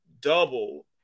double